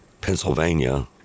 Pennsylvania